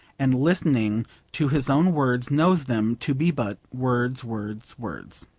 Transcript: and listening to his own words knows them to be but words, words, words